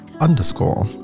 underscore